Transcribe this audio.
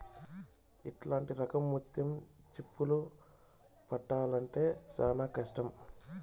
ఇట్లాంటి రకం ముత్యం చిప్పలు పట్టాల్లంటే చానా కష్టం